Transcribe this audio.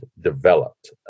developed